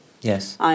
Yes